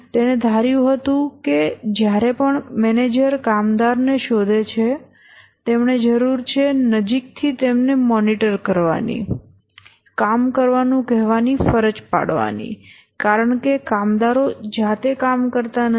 તેણે ધાર્યું હતું કે જ્યારે પણ મેનેજર કામદારને શોધે છે તેમણે જરૂર છે નજીકથી તેમને મોનિટર કરવાની કામ કરવાનું કહેવાની ફરજ પાડવાની કારણ કે કામદારો જાતે કામ કરતા નથી